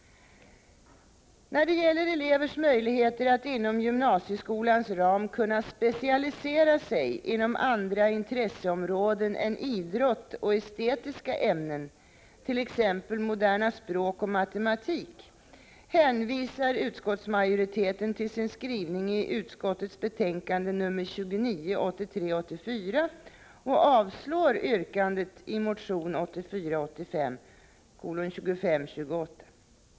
När det gäller elevers möjligheter att inom gymnasieskolans ram kunna specialisera sig inom andra intresseområden än idrott och estetiska ämnen, t.ex. moderna språk och matematik, hänvisar utskottsmajoriteten till sin skrivning i utskottets betänkande 1983 85:2528.